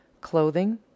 clothing